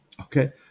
Okay